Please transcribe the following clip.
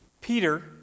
Peter